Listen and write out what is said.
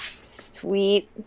Sweet